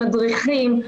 מדריכים,